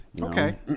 Okay